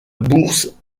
bourse